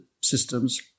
systems